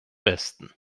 besten